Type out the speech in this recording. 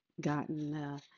gotten